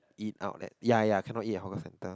eat out at ya ya cannot eat at hawker center